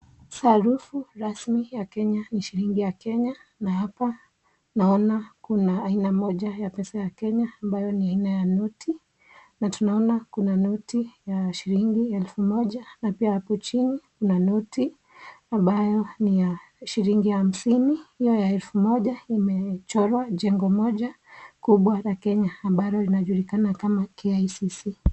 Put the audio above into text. Sarufu rasmi ya Kenya ni shilingi ya Kenya, na hapa naona kuna aina moja ya pesa ya Kenya ambayo ni aina ya noti, na tunaona kuna noti ya shilingi elfu moja. Na pia hapo chini kuna noti ambayo ni ya shilingi hamsini. Iyo ya elfu moja imechorwa jengo moja la Kenya ambayo inajulikana kama KICC.